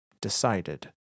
decided